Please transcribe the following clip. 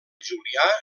julià